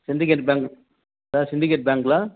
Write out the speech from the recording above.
syndicate Bank sir Syndicate பேங்க்ங்கலா